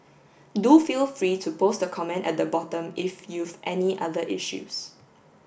do feel free to post a comment at the bottom if you've any other issues